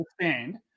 understand